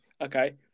okay